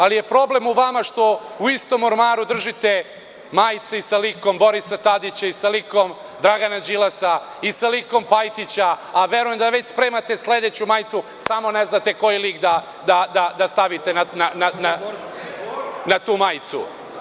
Ali je problem u vama što u istom ormaru držite majice i sa likom Borisa Tadića i sa likom Dragana Đilasa i sa likom Pajtića, a verujem da već spremate sledeću majicu, samo ne znate koji lik da stavite na tu majicu.